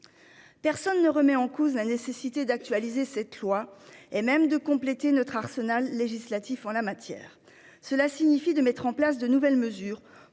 Personne ne remet en cause la nécessité d'actualiser la loi ni de compléter notre arsenal législatif en la matière. Il faut mettre en place de nouvelles mesures